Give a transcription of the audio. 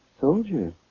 Soldier